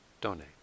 donate